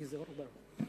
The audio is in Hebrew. יהי זכרו ברוך.